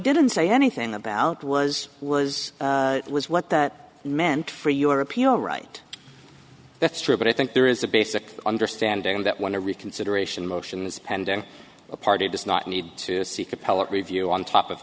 didn't say anything about was was it was what that meant for your appeal right that's true but i think there is a basic understanding that when a reconsideration motion is pending a party does not need to seek appellate review on top of